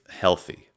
healthy